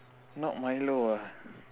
not milo ah